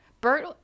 Bert